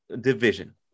Division